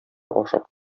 ашап